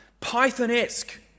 Python-esque